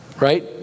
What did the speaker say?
right